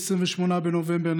28 בנובמבר,